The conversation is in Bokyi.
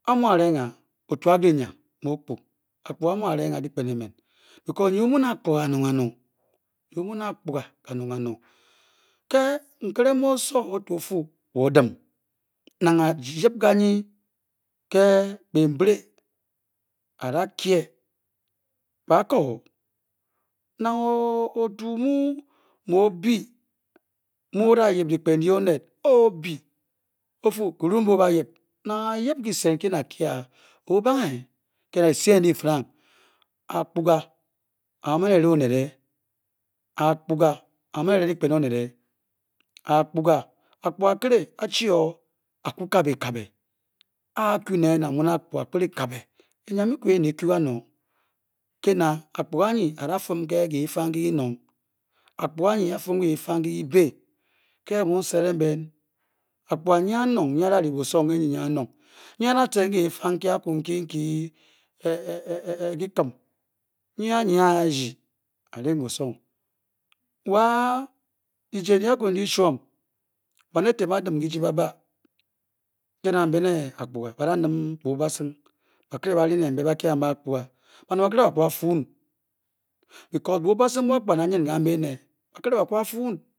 A-mu a-re ng a, otu Agrinya mu o-kpu akpuga a-mu a-re ng a Dyikpen emen Nyi omu ne akpuga kanong kanong kanong nyi o-mu ne akpuga nkere mu osowo o-chi o-fu o wo adim nang a-yip kanyi ke biimbiri a-dakye baakoo nang otu mu mu o-byi o-fu m-be ebayip dyikpen ndyi onet a o-byi, nang a-yip kyise nkyi a-kye a obange ke na dyice eyen dii-farang akpuga aamen ere onet akpuga aaman ere dyikpen onet akpuga akpuga akiri a-chi o a-kiikabe ekabe a a-Kyu neen a-ku kabe enyam byiko eyen eekyi kanong ke na akpuga anyi ada fin ke kiifang nkyi kyinang Akpuga anyi a-dim ke kiifang nkyi kyibi ke mu n-set ng ben akpuga nyi Anong nyi ada bunong ke nyi akpuga nyi Anong nyi adacen ke kiifang nkyi aky nkyi n byi e e e kyi Kim, a-ryi a-ryii busong wa dyije ndyi aku ndyi dyi-shwom bwan eten ba-dim kyiji ba-ba ke na mbe ne akpuga ba-danim bobwasing ba kye kambe akpuga banet bakiri ba-kyu ba-fuu m n because bobwasing nbu akpuga nyi a-nyinn kamba ene